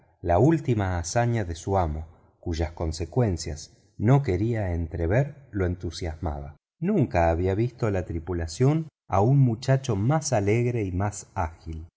la última hazaña de su amo cuyas consecuencias no quería entrever le entusiasmaba a un muchacho más alegre y más ágil